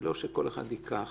ולא שכל אחד ייקח.